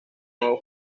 nuevo